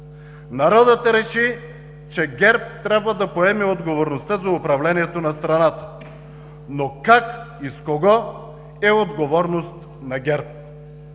Народът реши, че ГЕРБ трябва да поеме отговорността за управлението на страната, но как и с кого, е отговорност на ГЕРБ.